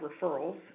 referrals